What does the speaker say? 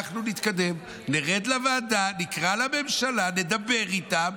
אנחנו נתקדם, נרד לוועדה, נקרא לממשלה ונדבר איתם,